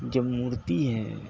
جب مڑتی ہے